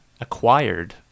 acquired